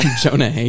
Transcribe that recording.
Jonah